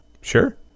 Sure